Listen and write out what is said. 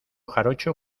jarocho